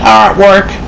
artwork